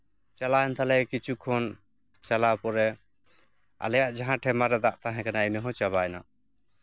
ᱪᱟᱞᱟᱣᱮᱱ ᱛᱟᱞᱮᱭᱟ ᱠᱤᱪᱷᱩ ᱠᱷᱚᱱ ᱪᱟᱞᱟᱣ ᱯᱚᱨᱮ ᱟᱞᱮᱭᱟᱜ ᱡᱟᱦᱟᱸ ᱴᱷᱮᱱ ᱫᱟᱜ ᱛᱟᱦᱮᱸ ᱠᱟᱱᱟ ᱤᱱᱟᱹ ᱦᱚᱸ ᱪᱟᱵᱟᱭᱱᱟ